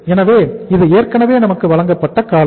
எனவே இது ஏற்கனவே நமக்கு வழங்கப்பட்ட காலம்